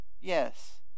yes